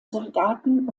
soldaten